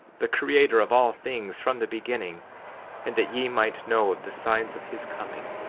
the creator of all things from the beginning and that ye might know of the signs of his coming,